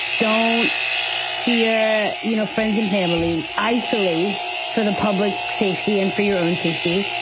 don't sear, you know, friends and family, isolate for the public safety and for your own safety.